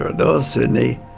ah and sydney,